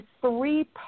three